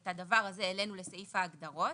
את הדבר הזה העלינו לסעיף ההגדרות,